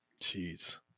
Jeez